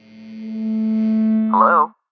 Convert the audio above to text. Hello